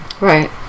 Right